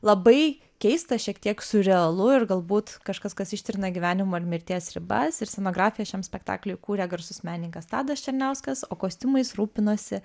labai keista šiek tiek siurrealu ir galbūt kažkas kas ištrina gyvenimo ir mirties ribas ir scenografiją šiam spektakliui kūrė garsus menininkas tadas černiauskas o kostiumais rūpinosi